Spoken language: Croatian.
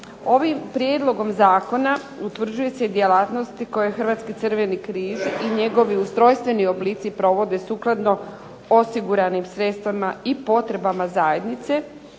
Ovim prijedlogom zakona utvrđuje se i djelatnosti koje Hrvatski crveni križ i njegovi ustrojstveni oblici provode sukladno osiguranim sredstvima i potrebama zajednice,